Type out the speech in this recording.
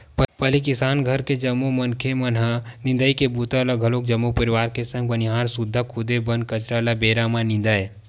पहिली किसान घर के जम्मो मनखे मन ह निंदई के बूता ल घलोक जम्मो परवार के संग बनिहार सुद्धा खुदे बन कचरा ल बेरा म निंदय